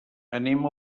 anem